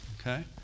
Okay